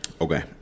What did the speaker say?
Okay